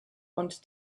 und